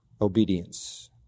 obedience